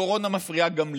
הקורונה מפריעה גם לי: